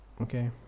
Okay